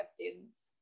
students